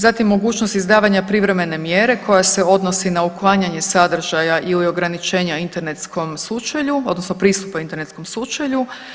Zatim mogućnost izdavanja privremene mjere koja se odnosi na uklanjanje sadržaja ili ograničenja internetskom sučelju, odnosno pristupu internetskom sučelju.